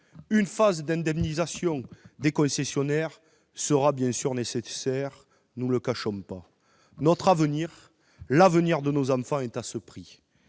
Une phase d'indemnisation des concessionnaires sera bien sûr nécessaire, ne nous le cachons pas, mais notre avenir et celui de nos enfants sont à ce prix.